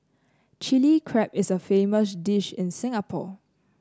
Chilli Crab is a famous dish in Singapore